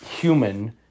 human